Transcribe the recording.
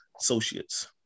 Associates